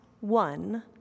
one